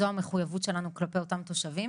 זו המחויבות שלנו כלפי אותם תושבים.